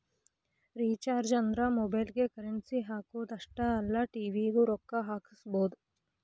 recharges ಅಂದ್ರ ಮೊಬೈಲ್ಗಿ currency ಹಾಕುದ್ ಅಷ್ಟೇ ಅಲ್ಲ ಟಿ.ವಿ ಗೂ ರೊಕ್ಕಾ ಹಾಕಸಬೋದು